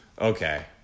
Okay